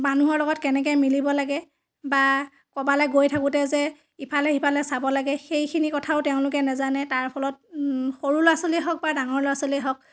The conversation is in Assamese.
মানুহৰ লগত কেনেকৈ মিলিব লাগে বা ক'ৰবালৈ গৈ থাকোঁতে যে ইফালে সিফালে চাব লাগে সেইখিনি কথাও তেওঁলোকে নাজানে তাৰ ফলত সৰু ল'ৰা ছোৱালীয়ে হওক বা ডাঙৰ ল'ৰা ছোৱালীয়েই হওক